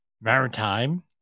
maritime